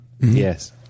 Yes